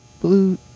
blue